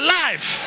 life